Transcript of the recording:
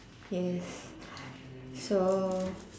yes so